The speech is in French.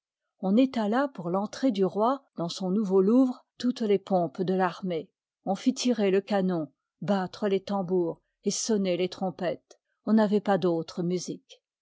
on étala pour l'entrée du roi dans son nouveau louvre toutes les pompes de farmée on fit tirer le canon battre les tambours et sonner les trompettes on n'avoit pas d'autre musique